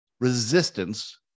resistance